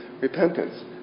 repentance